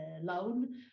loan